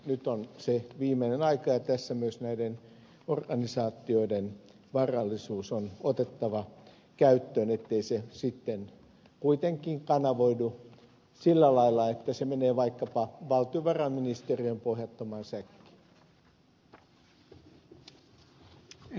nyt on se viimeinen aika ja tässä myös näiden organisaatioiden varallisuus on otettava käyttöön ettei se sitten kuitenkaan kanavoidu sillä lailla että se menee vaikkapa valtiovarainministeriön pohjattomaan säkkiin